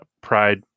pride